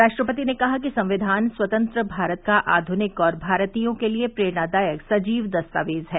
राष्ट्रपति ने कहा कि संक्षिान स्वतंत्र भारत का आध्निक और भारतीयों के लिए प्रेरणादायक सजीव दस्तावेज है